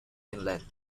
inland